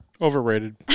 Overrated